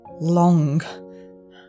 long